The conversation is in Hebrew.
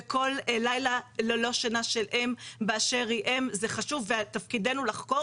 וכל לילה ללא שינה של אם באשר היא אם זה חשוב ותפקידנו לחקור